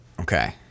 Okay